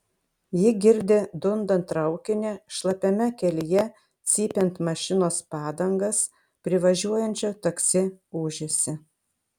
ji girdi dundant traukinį šlapiame kelyje cypiant mašinos padangas privažiuojančio taksi ūžesį